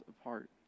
apart